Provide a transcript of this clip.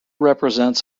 represents